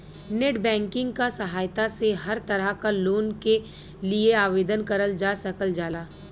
net banking क सहायता से हर तरह क लोन के लिए आवेदन करल जा सकल जाला